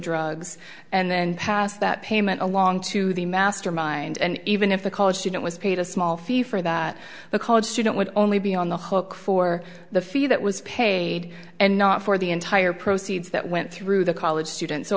drugs and then pass that payment along to the mastermind and even if the college student was paid a small fee for that the college student would only be on the hook for the fee that was paid and not for the entire proceeds that went through the college student so